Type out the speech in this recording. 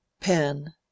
Pen